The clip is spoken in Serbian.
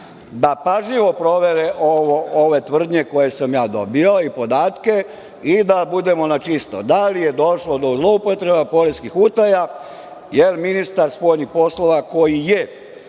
da pažljivo provere ove tvrdnje koje sam ja dobio i podatke i da budemo načisto. Da li je došlo do zloupotreba, poreskih utaja, jer ministar spoljnih poslova koji je